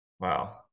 Wow